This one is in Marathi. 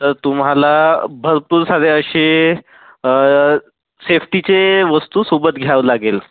तर तुम्हाला भरपूर सारे असे सेफ्टीचे वस्तू सोबत घ्यावं लागेल